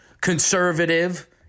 conservative—